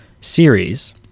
series